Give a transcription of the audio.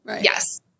yes